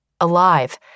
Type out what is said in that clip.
alive